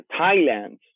Thailand